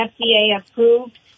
FDA-approved